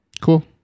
Cool